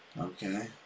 Okay